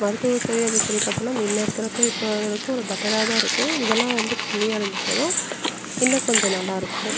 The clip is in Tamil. மருத்துவ சேவை அப்படினு சொல்லி பார்த்திங்கினா முன்ன இருக்கிறப்ப இப்போ ஒரு அளவுக்கு பெட்டராக தான் இருக்குது இதல்லாம் வந்து கம்மியாக இருந்துச்சுன்னால் இன்னும் கொஞ்சம் நல்லா இருக்கும்